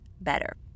better